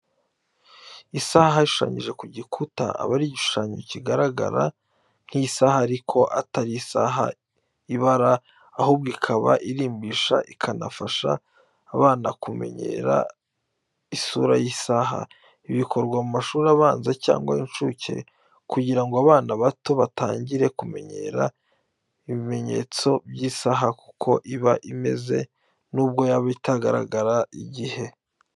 Isaha ishushanyije ku gikuta, aba ari igishushanyo kigaragara nk'isaha ariko atari isaha ibara ahubwo ikaba irimbisha ikanafasha abana kumenya isura y'isaha. Ibi bikorwa mu mashuri abanza cyangwa y'incuke kugira ngo abana bato batangire kumenyera ibimenyetso by'isaha n'uko iba imeze, nubwo yaba itagaragaza igihe.